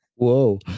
whoa